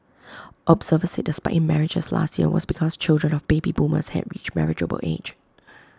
observers said the spike in marriages last year was because children of baby boomers had reached marriageable age